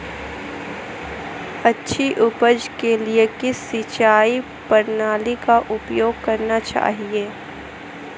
अच्छी उपज के लिए किस सिंचाई प्रणाली का उपयोग करना चाहिए?